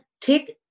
take